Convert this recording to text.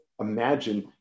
imagine